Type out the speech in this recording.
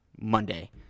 Monday